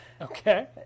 Okay